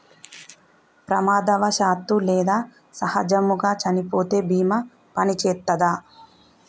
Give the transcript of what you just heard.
ప్రమాదవశాత్తు లేదా సహజముగా చనిపోతే బీమా పనిచేత్తదా?